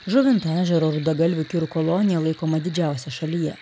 žuvinto ežero rudagalvių kirų kolonija laikoma didžiausia šalyje